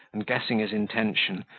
and guessing his intention,